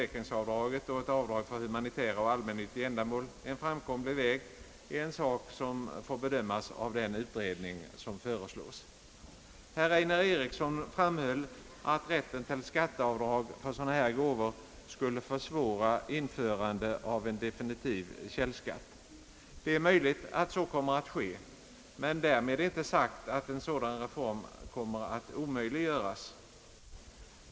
en speciell u-hjälpsavgift, m.m. get och ett avdrag för humanitära och allmännyttiga ändamål är en framkomlig väg är en sak som får bedömas av den utredning som föreslås. Herr Einar Eriksson framhöll att rätten till skatteavdrag för dylika gåvor skulle försvåra införandet av en definitiv källskatt. Det är möjligt att så kommer att ske, men därmed är inte sagt att en sådan reform kommer att omöjliggöras.